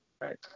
Right